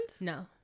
No